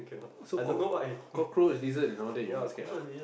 so cock~ cockroach lizard and all that you not scared ah